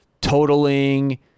totaling